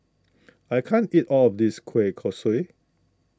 I can't eat all of this Kueh Kosui